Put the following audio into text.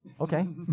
Okay